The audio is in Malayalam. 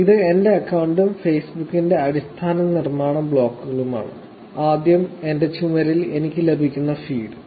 ഇത് എന്റെ അക്കൌണ്ടും ഫെയ്സ്ബുക്കിന്റെ അടിസ്ഥാന നിർമാണ ബ്ലോക്കുകളുമാണ് ആദ്യം എന്റെ ചുമരിൽ എനിക്ക് ലഭിക്കുന്ന ഫീഡ്